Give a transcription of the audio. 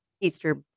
Easter